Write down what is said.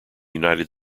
united